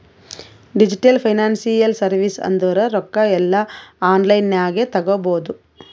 digital financial service ಅಂದುರ್ ರೊಕ್ಕಾ ಎಲ್ಲಾ ಆನ್ಲೈನ್ ನಾಗೆ ತಗೋಬೋದು